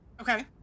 Okay